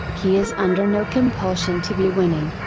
he is under no compulsion to be winning.